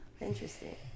interesting